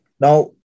Now